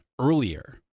earlier